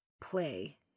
play